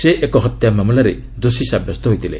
ସେ ଏକ ହତ୍ୟା ମାମଲାରେ ଦୋଷୀସାବ୍ୟସ୍ତ ହୋଇଥିଲେ